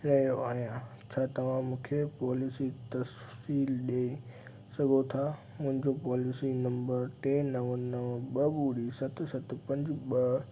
रहियो आहियां छा तव्हां मूंखे पॉलिसी तफ़सील ॾेई सघो था मुंहिंजो पॉलिसी नंबर टे नव नव ॿ ॿुड़ी सत सत पंज ॿ